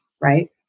right